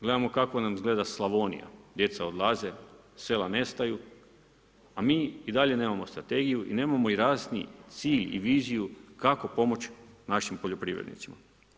Gledamo kako nam izgleda Slavonija, djeca odlaze, sela nestaju, a mi i dalje nemamo strategiju, nemamo i jasni cilj i viziju kako pomoći našim poljoprivrednicima.